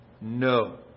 no